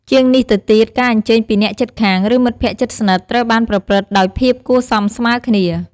ជាងនេះទៅទៀត ការអញ្ជើញពីអ្នកជិតខាង ឬមិត្តភក្តិជិតស្និទ្ធត្រូវបានប្រព្រឹត្តដោយភាពគួរសមស្មើគ្នា។